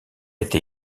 été